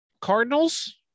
Cardinals